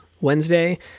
Wednesday